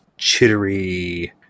chittery